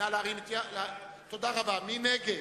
מי נגד?